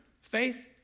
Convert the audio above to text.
faith